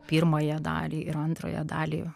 pirmąją dalį ir antrąją dalį